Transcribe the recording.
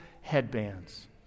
headbands